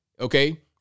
okay